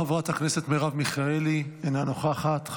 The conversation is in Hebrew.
חברת הכנסת מרב מיכאלי, אינה נוכחת.